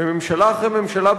וממשלה אחרי ממשלה,